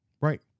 Right